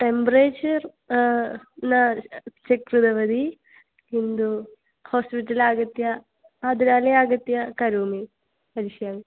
temperature न check कृतवती किन्तु हास्पिटल् आगत्य आगत्य करोमि करिष्यामि